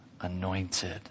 anointed